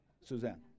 Suzanne